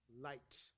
light